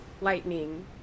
lightning